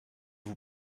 vous